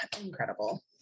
incredible